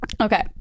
Okay